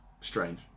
strange